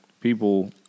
people